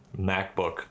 MacBook